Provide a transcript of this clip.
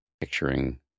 picturing